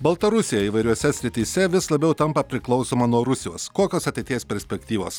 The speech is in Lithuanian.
baltarusija įvairiose srityse vis labiau tampa priklausoma nuo rusijos kokios ateities perspektyvos